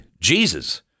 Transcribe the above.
Jesus